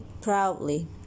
proudly